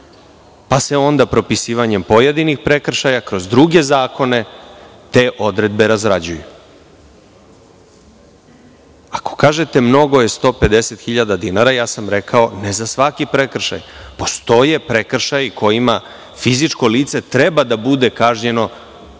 Onda se propisivanjem pojedinih prekršaja kroz druge zakone te odredbe razrađuju. Ako kažete – mnogo je 150.000 dinara, ja sam rekao – ne za svaki prekršaj. Postoje prekršaji kojima fizičko lice treba da bude kažnjeno